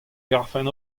garfen